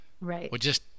Right